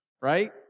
Right